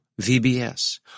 VBS